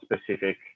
specific